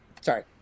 sorry